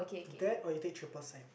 that when you take triple science